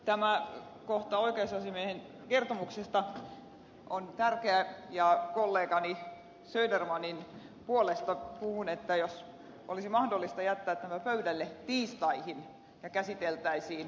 tämä kohta oikeusasiamiehen kertomuksesta on tärkeä ja kollegani södermanin puolesta puhun että jos olisi mahdollista jättää tämä pöydälle tiistaihin ja käsiteltäisiin silloin